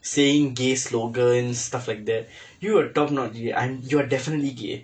saying gay slogan stuff like that you are top notch gay you are definitely gay